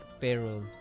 payroll